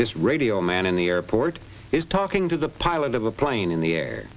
this radio man in the airport is talking to the pilot of a plane in the air